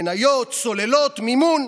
מניות, צוללות, מימון.